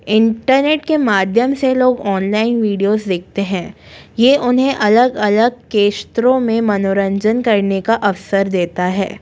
internet के माध्यम से लोग ऑनलाइन विडिओज़ देखते हैं यह उन्हें अलग अलग के क्षेत्रों में मनोरंजन करने का अवसर देता है